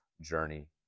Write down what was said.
Journey